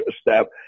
step